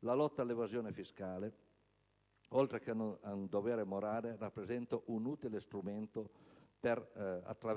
La lotta all'evasione fiscale, oltre che un dovere morale, rappresenta un utile strumento per